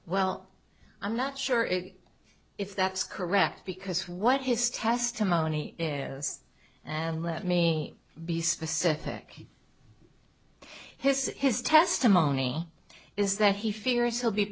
well i'm not sure if that's correct because what his testimony is and let me be specific his his testimony is that he fears he'll be